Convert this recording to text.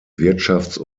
wirtschafts